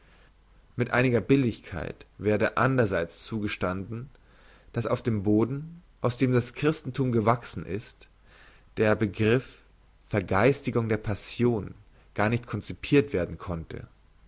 mit einiger billigkeit werde andrerseits zugestanden dass auf dem boden aus dem das christenthum gewachsen ist der begriff vergeistigung der passion gar nicht concipirt werden konnte